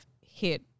hit